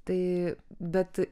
tai bet